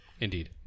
Indeed